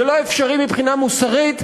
זה לא אפשרי מבחינה מוסרית,